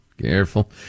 careful